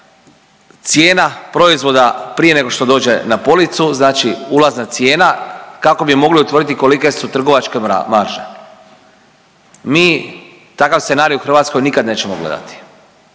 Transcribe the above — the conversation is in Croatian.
cijena proizvoda prije nego što dođe na policu, znači ulazna cijena kako bi mogli utvrditi kolike su trgovačke marže. Mi takav scenarij u Hrvatskoj nikad nećemo gledati.